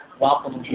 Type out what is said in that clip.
welcome